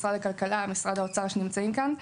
משרד הכלכלה ומשרד האוצר שנמצאים כאן.